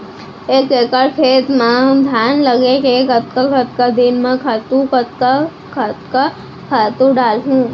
एक एकड़ खेत म धान लगे हे कतका कतका दिन म कतका कतका खातू डालहुँ?